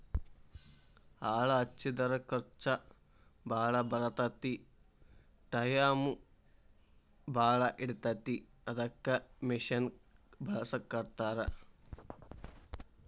ಆಳ ಹಚ್ಚಿದರ ಖರ್ಚ ಬಾಳ ಬರತತಿ ಟಾಯಮು ಬಾಳ ಹಿಡಿತತಿ ಅದಕ್ಕ ಮಿಷನ್ ಬಳಸಾಕತ್ತಾರ